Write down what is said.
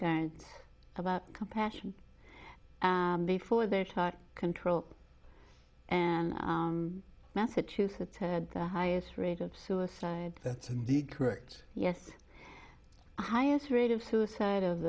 current about compassion before they're taught control and massachusetts had the highest rate of suicide that's correct yes highest rate of suicide of